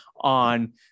on